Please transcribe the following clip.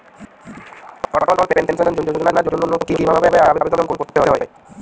অটল pension যোজনার জন্য কি ভাবে আবেদন করতে হয়?